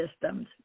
systems